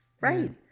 right